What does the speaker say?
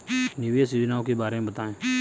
निवेश योजनाओं के बारे में बताएँ?